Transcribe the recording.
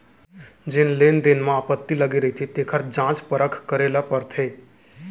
जेन लेन देन म आपत्ति लगे रहिथे तेखर जांच परख करे ल परथे